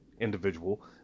individual